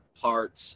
parts